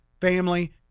family